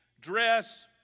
dress